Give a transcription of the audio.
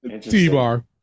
T-Bar